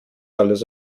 alles